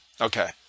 Okay